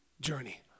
journey